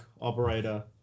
operator